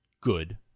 good